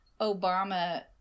Obama